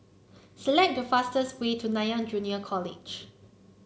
select the fastest way to Nanyang Junior College